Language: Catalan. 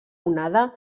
onada